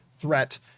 threat